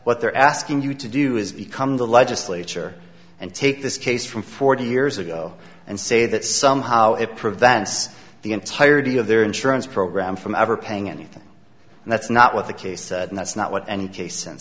what they're asking you to do is become the legislature and take this case from forty years ago and say that somehow it prevents the entirety of their insurance program from ever paying anything and that's not what the case and that's not what